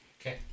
Okay